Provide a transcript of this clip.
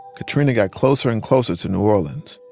katrina got closer and closer to new orleans.